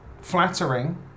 flattering